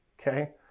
Okay